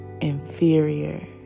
inferior